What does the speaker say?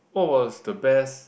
what was the best